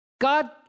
God